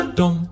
dum